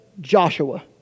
Joshua